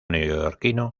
neoyorquino